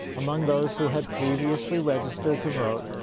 among those who had previously registered to vote,